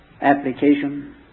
application